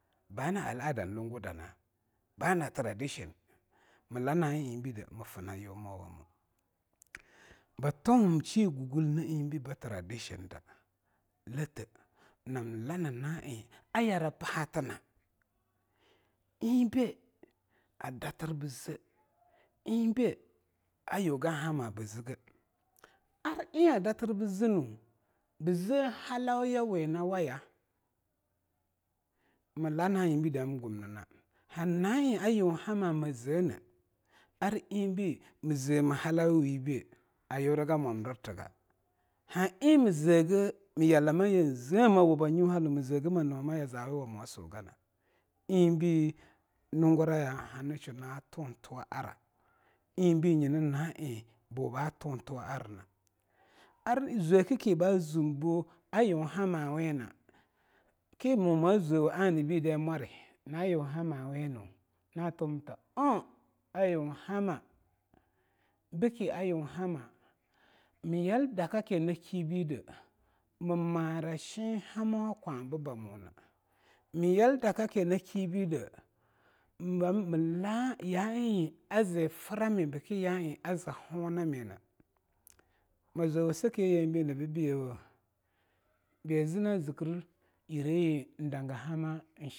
Bana al'adan lungudanaj bana traditional? mla na a eingbei de mfnayowamo btuwum shigugul na'eingbei traditiona la the! nam la na na'a eign ayara pahat na eingbei adatr bze, eing bei ayugan hama bzge. Ar eing adatr bznu bze halauyawinawaya? mla na'a eingbide amgum nina, na'a eing ayun hama mzene ar eingbei mzeme halauyawibei ayurga mwamdirtga, han eing meEge myalamaye zea mwuba nyo mzege mnuwama ya zawiya wamo a sogana, eingbei nunguraya hansha na tuntuwa'ara eingbei nyina na'aeing boba tuntuwarna. Ar zwekeki ba zwem ba "yunhamawina?" kimo ma zwewe anabidai mwari, na yunhamawinu?, na tuwam ta aungi, bki ayunhama myal dakakinakibide mmara shen hamawa a kwababamona, myal dakakinakibide mbam mla ya'a eing aziframe ki ya'a eing azihonamina, mazweawe saki a yeingbei nabbiyawo ba'a ze na zkr yire yindanga hama'a yi.